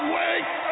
wake